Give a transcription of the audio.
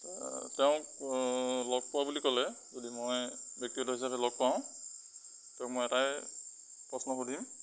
তেওঁক লগ পোৱা বুলি ক'লে যদি মই ব্যক্তিগতভাৱে লগ পাওঁ তেওঁক মই এটাই প্ৰশ্ন সুধিম